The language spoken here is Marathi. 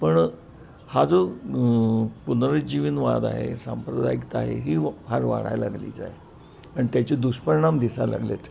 पण हा जो पुनरूज्जीवनवाद आहे सांप्रदायिकता आहे ही व फार वाढायला लागलीच आहे आणि त्याचे दुष्परिणाम दिसायला लागलेत